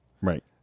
Right